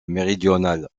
méridionale